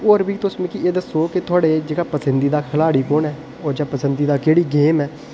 ते होर बी तुस मिगी एह् दस्सो ते थुहाड़ा जेह्ड़ा पसंदीदा खलाड़ी कु'न ऐ होर पसंदीदा केह्ड़ी गेम ऐ